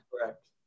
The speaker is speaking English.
Correct